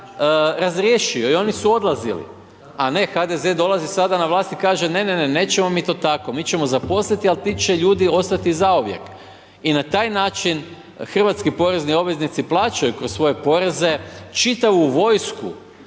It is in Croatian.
razriješio i oni su odlazili a ne HDZ dolazi sada na vlast i kaže ne, ne, ne, nećemo mi to tako, mi ćemo zaposliti ali ti će ljudi ostati zauvijek. I na taj način hrvatski porezni obveznici plaćaju kroz svoje poreze čitavu vojsku